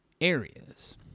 areas